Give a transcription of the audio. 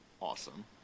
awesome